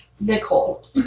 Nicole